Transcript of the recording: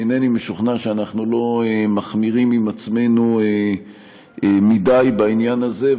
אינני משוכנע שאנחנו לא מחמירים עם עצמנו מדי בעניין הזה,